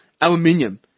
aluminium